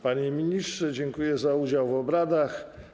Panie ministrze, dziękuję za udział w obradach.